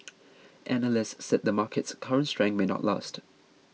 analysts said the market's current strength may not last